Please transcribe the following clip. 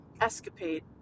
escapade